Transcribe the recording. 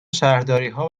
شهرداریها